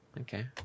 Okay